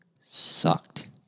sucked